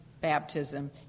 baptism